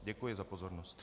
Děkuji za pozornost.